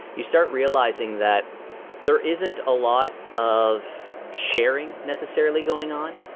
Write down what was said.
you start realizing that there isn't a lot of sharing necessarily going on.